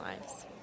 lives